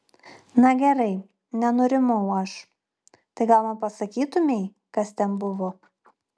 na gerai nenurimau aš tai gal man pasakytumei kas ten buvo